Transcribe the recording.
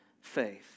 faith